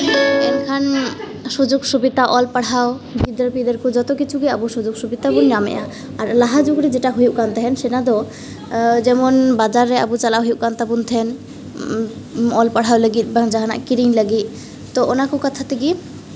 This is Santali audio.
ᱮᱱᱠᱷᱟᱱ ᱥᱩᱡᱳᱜᱽ ᱥᱩᱵᱤᱫᱷᱟ ᱚᱞ ᱯᱟᱲᱦᱟᱣ ᱜᱤᱫᱟᱹᱨᱼᱯᱤᱫᱟᱹᱨ ᱠᱚ ᱡᱚᱛᱚ ᱠᱤᱪᱷᱩ ᱜᱮ ᱟᱵᱚ ᱥᱩᱡᱳᱜᱽ ᱥᱩᱵᱤᱫᱷᱟ ᱵᱚᱱ ᱧᱟᱢᱮᱜᱼᱟ ᱟᱨ ᱞᱟᱦᱟ ᱡᱩᱜᱽ ᱨᱮ ᱡᱮᱴᱟ ᱦᱩᱭᱩᱜ ᱛᱟᱦᱮᱱ ᱥᱮᱴᱟ ᱫᱚ ᱡᱮᱢᱚᱱ ᱵᱟᱡᱟᱨ ᱨᱮ ᱟᱵᱚ ᱪᱟᱞᱟᱜ ᱦᱩᱭᱩᱜ ᱠᱟᱱ ᱛᱟᱵᱳᱱ ᱛᱟᱦᱮᱱ ᱚᱞ ᱯᱟᱲᱦᱟᱣ ᱞᱟᱹᱜᱤᱫ ᱵᱟ ᱡᱟᱦᱟᱱᱟᱜ ᱠᱤᱨᱤᱧ ᱞᱟᱹᱜᱤᱫ ᱛᱚ ᱚᱱᱟ ᱠᱚ ᱠᱟᱛᱟ ᱛᱮᱜᱮ